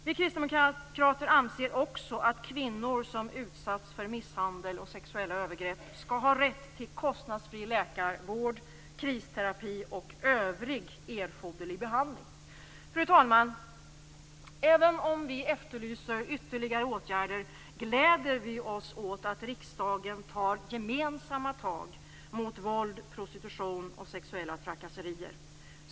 Vi kristdemokrater anser också att kvinnor som utsatts för misshandel och sexuella övergrepp skall ha rätt till kostnadsfri läkarvård, kristerapi och övrig erforderlig behandling. Fru talman! Även om vi efterlyser ytterligare åtgärder gläder vi oss åt att riksdagen tar gemensamma tag mot våld, prostitution och sexuella trakasserier.